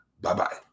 Bye-bye